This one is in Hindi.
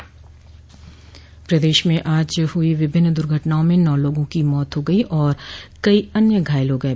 प्रदेश में आज विभिन्न दुर्घटनाओं में नौ लोगों की मौत हो गई और कई अन्य घायल हो गये